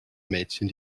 mädchen